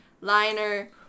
liner